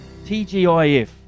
TGIF